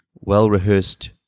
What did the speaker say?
well-rehearsed